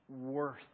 worth